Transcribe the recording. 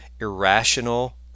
irrational